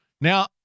Now